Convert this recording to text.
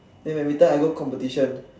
than badminton I go competition